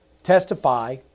testify